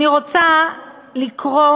אני רוצה לקרוא